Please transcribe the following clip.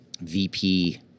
VP